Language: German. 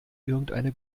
irgendeine